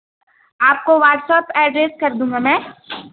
کو WhatsApp address کر دوں گا میں